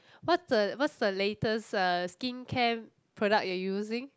what's the what's the latest uh skincare product you're using